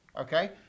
Okay